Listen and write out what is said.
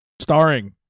Starring